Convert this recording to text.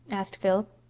asked phil.